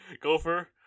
Gopher